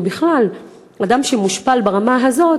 או בכלל אדם שמושפל ברמה הזאת,